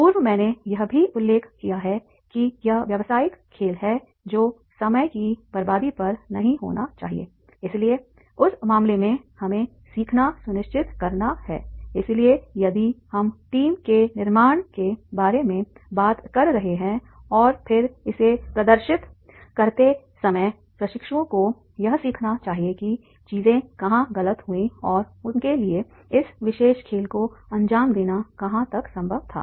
पूर्व मैंने यह भी उल्लेख किया है कि यह व्यवसायिक खेल है जो समय की बर्बादी पर नहीं होना चाहिए इसलिए उस मामले में हमें सीखना सुनिश्चित करना है इसलिए यदि हम टीम के निर्माण के बारे में बात कर रहे हैं और फिर इसे प्रदर्शित करते समय प्रशिक्षुओं को यह सीखना चाहिए कि चीजें कहां गलत हुईं और उनके लिए इस विशेष खेल को अंजाम देना कहां तक संभव था